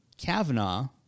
Kavanaugh